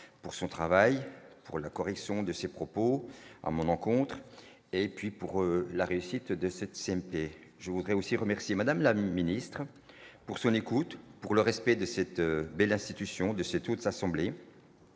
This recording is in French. pour son travail pour la correction de ces propos à mon encontre et puis pour la réussite de cette CMP, je voudrais aussi remercier Madame la ministre pour son écoute pour le respect de cette belle institution de ce toute de s'assembler